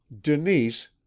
Denise